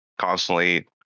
constantly